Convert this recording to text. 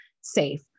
safe